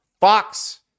Fox